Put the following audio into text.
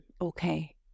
okay